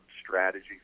strategy